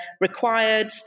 required